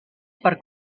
per